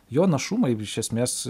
jo našumai iš esmės